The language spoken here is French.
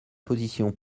position